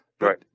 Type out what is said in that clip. Right